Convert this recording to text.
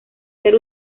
ser